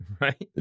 Right